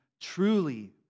truly